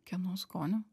kieno skoniu